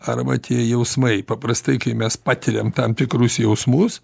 arba tie jausmai paprastai kai mes patiriam tam tikrus jausmus